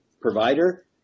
provider